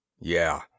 Yeah